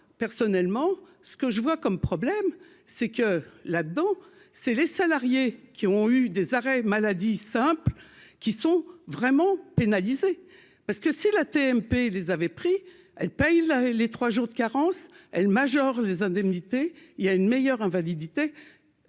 moi personnellement ce que je vois comme problème, c'est que là-dedans, c'est les salariés qui ont eu des arrêts maladie, simple, qui sont vraiment pénalisés parce que si la TMP les avait pris, elle paye là les 3 jours de carence elle majore les indemnités, il y a une meilleure invalidité,